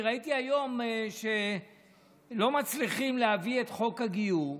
ראיתי היום שלא מצליחים להביא את חוק הגיור,